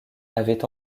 avait